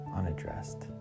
unaddressed